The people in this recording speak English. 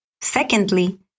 Secondly